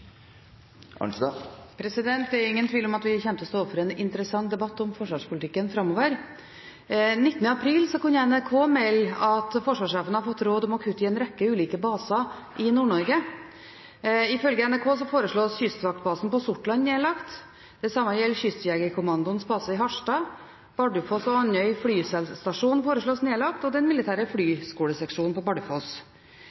ingen tvil om at vi kommer til å stå overfor en interessant debatt om forsvarspolitikken framover. Den 19. april kunne NRK melde at forsvarssjefen har fått råd om å kutte i en rekke ulike baser i Nord-Norge. Ifølge NRK foreslås kystvaktbasen på Sortland nedlagt. Det samme gjelder Kystjegerkommandoens base i Harstad. Bardufoss og Andøya flystasjon foreslås nedlagt og den militære flyskoleseksjonen på Bardufoss.